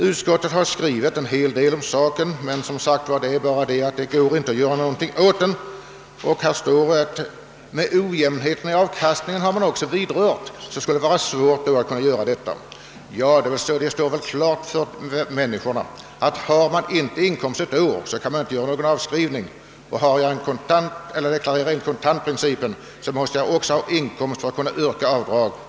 Utskottet har skrivit en hel del om saken, men anser att det är svårt att utforma avdragsregler på grund av ojämnheten i avkastningen. Men det står väl klart för var och en, att om man inte har inkomst ett år, kan man inte göra avskrivning. Om jag deklarerar enligt kontantprincipen, måste jag också ha inkomst för att kunna yrka avdrag.